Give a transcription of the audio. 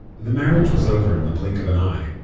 the marriage was over in the blink of an eye.